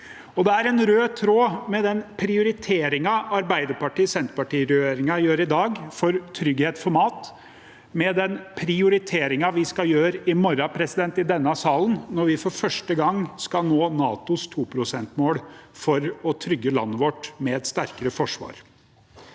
Det er en rød tråd med den prioriteringen Arbeiderparti–Senterparti-regjeringen gjør i dag for trygghet for mat, med den prioriteringen vi skal gjøre i morgen i denne salen, når vi for første gang skal nå NATOs 2-prosentmål for å trygge landet vårt med et sterkere forsvar.